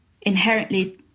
inherently